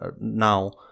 now